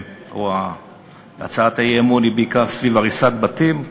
או הצעת האי-אמון, היא בעיקר סביב הריסת בתים.